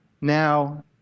now